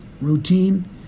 routine